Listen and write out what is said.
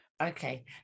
Okay